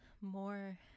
more